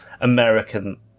American